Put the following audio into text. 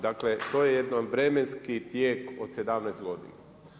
Dakle, to je jedan vremenski tijek od 17 godina.